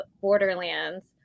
Borderlands